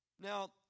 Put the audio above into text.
Now